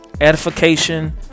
edification